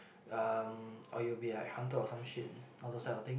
um or you will be like hunted or some shit all those kind of thing